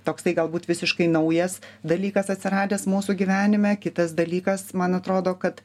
toksai galbūt visiškai naujas dalykas atsiradęs mūsų gyvenime kitas dalykas man atrodo kad